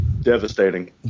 devastating